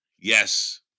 Yes